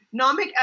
Namik